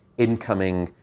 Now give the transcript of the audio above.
incoming.